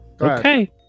Okay